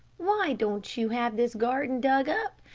why don't you have this garden dug up?